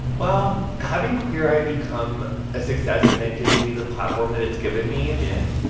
well, having queer eye become a success and it giving me the platform that it's given me. yeah.